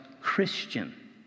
Christian